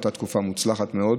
שהייתה תקופה מוצלחת מאוד.